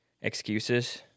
excuses